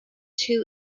two